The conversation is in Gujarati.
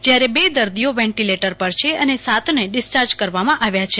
જ્યારે બે દર્દીઓ વેન્ટીલેટર પર છે અને સાતને ડીસ્ચાર્જ કરવામાં આવ્યા છે